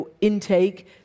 intake